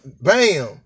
Bam